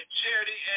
charity